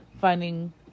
finding